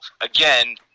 Again